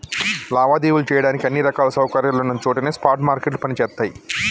లావాదేవీలు చెయ్యడానికి అన్ని రకాల సౌకర్యాలున్న చోటనే స్పాట్ మార్కెట్లు పనిచేత్తయ్యి